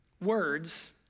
words